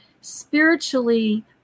spiritually